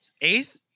eighth